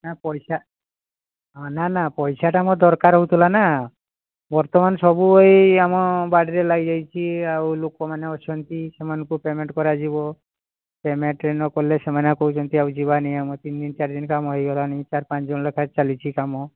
ନାଁ ପଇସା ନା ନା ପଇସାଟା ମୋର ଦରକାର ହୋଉଥିଲା ନା ବର୍ତ୍ତମାନ ସବୁ ଏଇ ଆମ ବାଡ଼ିରେ ଲାଗି ଯାଇଛି ଆଉ ଲୋକମାନେ ଅଛନ୍ତି ସେମାନଙ୍କୁ ପେମେଣ୍ଟ୍ କରାଯିବ ପେମେଣ୍ଟ୍ ନକଲେ ସେମାନେ କହୁଛନ୍ତି ଆଉ ଯିବାନି ଆମର ତିନିଦିନ ଚାରିଦିନ କାମ ହୋଇଗଲାଣି ଚାର ପାଞ୍ଚ ଜଣ ଲେଖାଁଏଁ ଚାଲିଛି କାମ